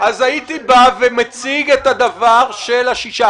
הייתי בא ומציג את הנתון של ה-6.